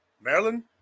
Maryland